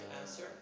answer